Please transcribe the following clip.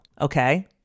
Okay